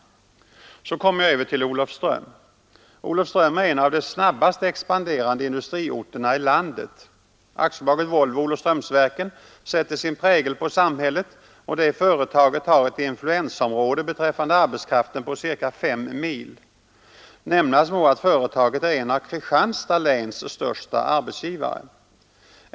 Så kommer jag över till Olofström. Olofström är en av de snabbast expanderande industriorterna i landet. AB Volvo-Olofströmsverken sätter sin prägel på samhället, och det företaget har beträffande arbetskraften ett influensområde på ca 5 mil. Nämnas må att företaget är en av Kristianstad läns största arbetsgivare.